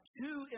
two